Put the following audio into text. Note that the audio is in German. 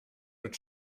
mit